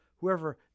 whoever